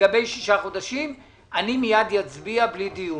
לגבי שישה חודשים אני מיד אצביע בלי דיון.